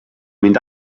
mynd